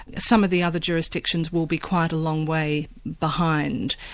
some of the other jurisdictions will be quite a long way behind.